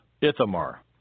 Ithamar